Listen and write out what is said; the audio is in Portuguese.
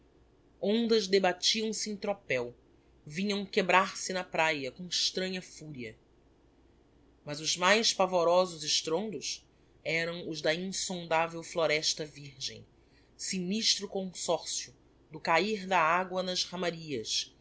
ondas debatiam se em tropel vinham quebrar-se na praia com extranha furia mas os mais pavorosos estrondos eram os da insondavel floresta virgem sinistro consorcio do cair da agua nas ramarias